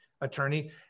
attorney